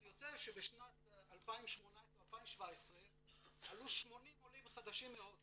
אז יוצא שבשנת 2018-2017 עלו 80 עולים חדשים מהודו